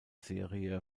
serie